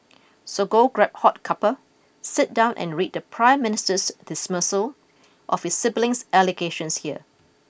so go grab hot cuppa sit down and read the prime minister's dismissal of his siblings allegations here